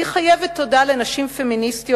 היא חייבת תודה לנשים פמיניסטיות